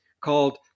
called